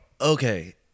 Okay